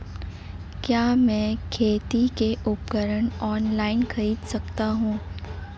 क्या मैं खेती के उपकरण ऑनलाइन खरीद सकता हूँ?